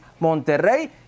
Monterrey